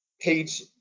page